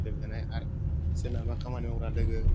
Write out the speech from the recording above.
सोलिबोनाय आरो सोरनाबा खामानि मावग्रा लोगो